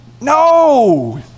No